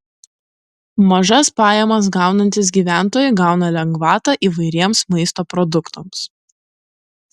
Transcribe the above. mažas pajamas gaunantys gyventojai gauna lengvatą įvairiems maisto produktams